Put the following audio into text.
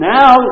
Now